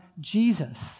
Jesus